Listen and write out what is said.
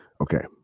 Okay